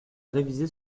révisé